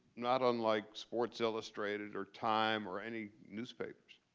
not unlike sports illustrated, or time, or any newspapers,